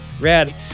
rad